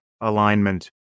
alignment